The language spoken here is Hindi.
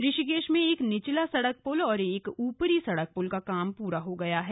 ऋषिकेश में एक निचला सड़क पुल और एक ऊपरी सड़क पुल का काम पूरा हो गया है